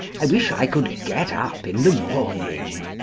i wish i could get up in the morning.